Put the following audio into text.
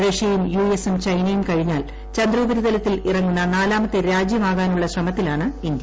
റഷ്യയും യുഎസും ചൈനയും കഴിഞ്ഞാൽ ചന്ദ്രോപരിതലത്തിൽ ഇറങ്ങുന്ന നാലാമത്തെ രാജ്യമാകാനുള്ള ശ്രമത്തിലാണ് ഇന്ത്യ